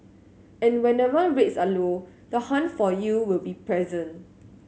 and whenever rates are low the hunt for yield will be present